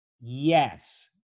Yes